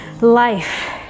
life